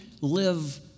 live